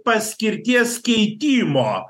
paskirties keitimo